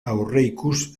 aurreikus